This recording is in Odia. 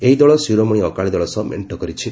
ଏହି ଦଳ ଶିରୋମଣି ଅକାଳିଦଳ ସହ ମେଷ୍ଟ କରିଛି